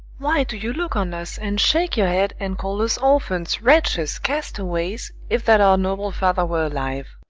why do you look on us, and shake your head, and call us orphans, wretches, castaways, if that our noble father were alive?